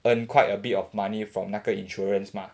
earn quite a bit of money from 那个 insurance mah